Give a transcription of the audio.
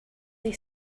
they